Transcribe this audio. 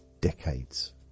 decades